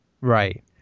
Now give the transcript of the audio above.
Right